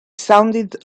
sounded